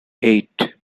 eight